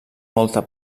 molta